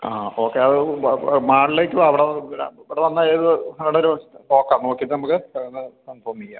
ആ okay number അത് മാളിലേക്ക് വാ അവിടെ ഇവിടെ വന്നാൽ ഏത് കടയിൽ നോക്കാം നോക്കിയിട്ട് നമുക്ക് സാധനം കൺഫേം ചെയ്യാം